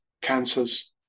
cancers